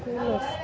school life